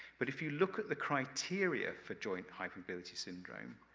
but if you look at the criteria for joint hypermobility syndrome,